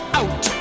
out